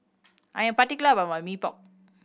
I am particular about my Mee Pok